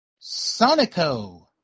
Sonico